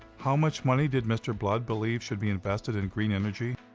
how much money did mr. blood believe should be invested in green energy?